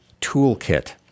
Toolkit